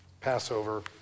Passover